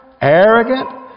arrogant